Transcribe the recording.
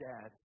Dad